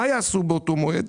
מה יעשו באותו מועד?